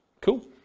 Cool